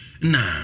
Nah